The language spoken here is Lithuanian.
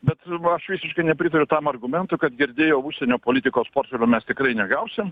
bet aš visiškai nepritariu tam argumentui kad girdėjau užsienio politikos portfelio mes tikrai negausim